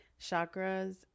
chakras